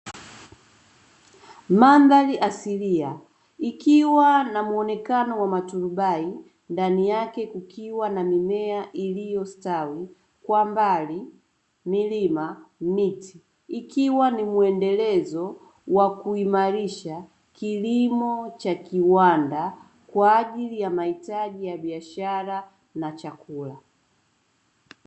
Mandhari asilia ikiwa na muonekano wa maturubai, ndani yake kukiwa na mimea iliyostawi kwa mbali, milima, miti, ikiwa ni mwendelezo wa kuimarisha kilimo cha kiwanda kwa ajili ya mahitaji ya biashara na chakula.